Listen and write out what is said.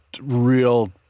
real